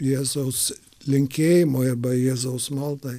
jėzaus linkėjimui arba jėzaus maldai